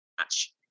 match